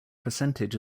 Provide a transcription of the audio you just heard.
percentage